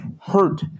hurt